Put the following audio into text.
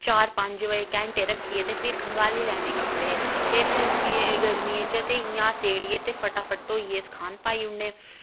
चार पंज घैंटे रक्खियै ते फिर खंगाली लैन्ने कपड़े ते गर्मियें च ते इ'यां गै स्हेड़ियै ते फटा फट धौइयै सकाने पाई ओड़ने